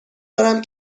دارم